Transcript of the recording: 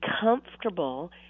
comfortable